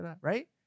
right